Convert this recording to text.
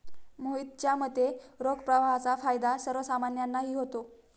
मोहितच्या मते, रोख प्रवाहाचा फायदा सर्वसामान्यांनाही होतो